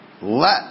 Let